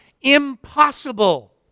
Impossible